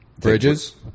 Bridges